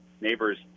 neighbors